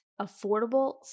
affordable